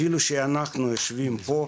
אפילו שאנחנו יושבים פה,